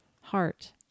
heart